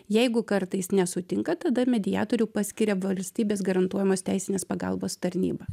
jeigu kartais nesutinka tada mediatorių paskiria valstybės garantuojamos teisinės pagalbos tarnyba